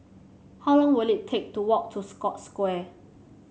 how long will it take to walk to Scotts Square